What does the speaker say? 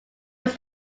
was